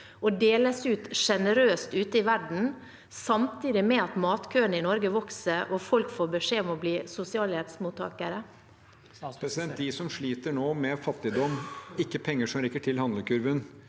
og deles sjenerøst ute i verden, samtidig med at matkøene i Norge vokser og folk får beskjed om å bli sosialhjelpsmottakere?